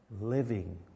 living